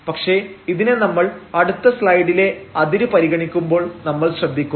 പക്ഷേ ഇതിനെ നമ്മൾ അടുത്ത സ്ലൈഡിലെ അതിര് പരിഗണിക്കുമ്പോൾ നമ്മൾ ശ്രദ്ധിക്കും